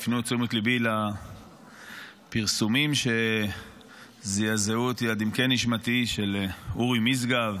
הפנו את תשומת ליבי לפרסומים שזעזעו אותי עד עמקי נשמתי של אורי משגב,